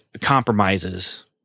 compromises